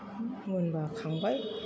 मोनब्ला खांबाय